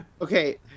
Okay